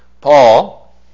Paul